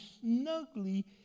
snugly